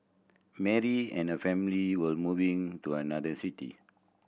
Mary and her family were moving to another city